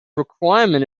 requirement